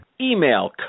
Email